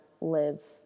live